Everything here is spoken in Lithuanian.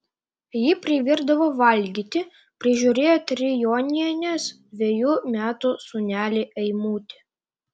ji privirdavo valgyti prižiūrėjo trijonienės dvejų metų sūnelį eimutį